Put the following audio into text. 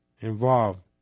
involved